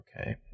okay